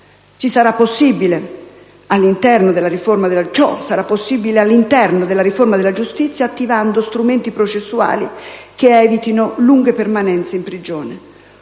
Ciò sarà possibile, all'interno della riforma della giustizia, attivando strumenti processuali che evitino lunghe permanenze in prigione.